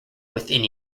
within